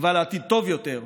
תקווה לעתיד טוב יותר,